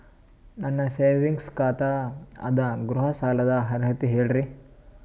ನನ್ನ ಸೇವಿಂಗ್ಸ್ ಖಾತಾ ಅದ, ಗೃಹ ಸಾಲದ ಅರ್ಹತಿ ಹೇಳರಿ?